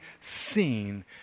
seen